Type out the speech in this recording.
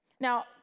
Now